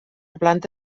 planta